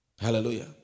Hallelujah